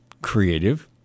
creative